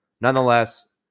Nonetheless